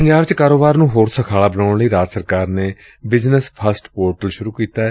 ਪੰਜਾਬ ਚ ਕਾਰੋਬਾਰ ਨੂੰ ਹੋਰ ਸੁਖਾਲਾ ਬਣਾਉਣ ਲਈ ਰਾਜ ਸਰਕਾਰ ਨੇ ਬਿਜ਼ਨਸ ਫਸਟ ਪੋਰਟਲ ਸੁਰੂ ਕੀਤੈ